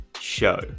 show